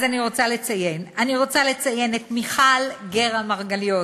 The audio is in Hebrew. אני רוצה לציין את מיכל גרא מרגליות,